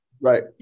Right